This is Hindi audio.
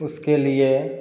उसके लिए